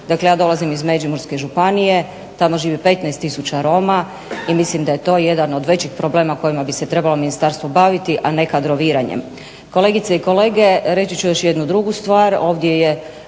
Dakle, ja dolazim iz Međimurske županije i tamo živi preko 15 tisuća roma i mislim da je to jedan od većih problema kojima bi se trebalo Ministarstvo baviti a ne kadroviranjem. Kolegice i kolege reći ću jednu drugu stvar,